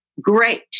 great